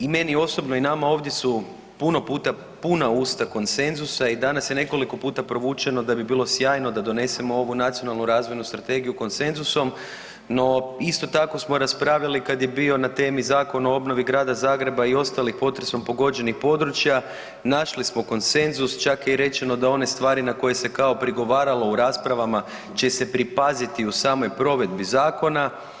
I meni osobno i nama ovdje su puno puta puna usta konsenzusa i danas je nekoliko puta provučeno da bi bilo sjajno da donesemo ovu Nacionalnu razvojnu strategiju konsenzusom, no, isto tako smo raspravili kad je bio na temi Zakon o obnovi grada Zagreba i ostalih potresom pogođenih područja, našli smo konsenzus, čak je i rečeno na one stvari na koje se kao prigovaralo u raspravama će se pripaziti u samoj provedbi zakona.